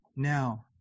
Now